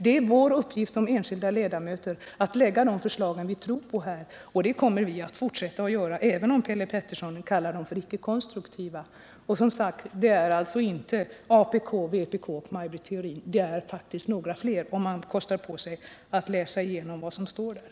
Det är vår uppgift som enskilda ledamöter att lägga fram förslag som vi tror på, och det kommer vi att fortsätta att göra även om Per Petersson kallar våra förslag icke konstruktiva. Och som sagt: Det är alltså inte apk, vpk och Maj Britt Theorin som står bakom motionerna. Det är faktiskt några fler, vilket man finner om man kostar på sig att läsa igenom vad som står där.